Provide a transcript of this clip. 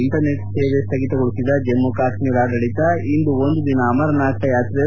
internet ಸೇವೆ ಸ್ಲಗಿತಗೊಳಿಸಿದ ಜಮ್ಮು ಕಾಶ್ಮೀರ ಆಡಳಿತ ಇಂದು ಒಂದು ದಿನ ಅಮರ್ನಾಥ್ ಯಾತೆ ರದ್ದು